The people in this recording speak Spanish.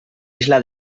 isla